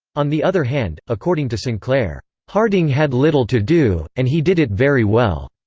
on the other hand, according to sinclair, harding had little to do, and he did it very well.